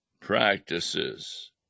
practices